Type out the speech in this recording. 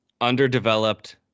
Underdeveloped